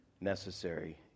necessary